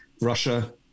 Russia